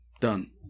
done